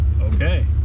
Okay